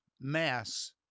mass